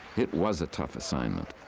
it was a tough assignment.